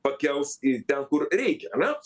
pakels į ten kur reikia ane